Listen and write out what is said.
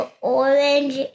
orange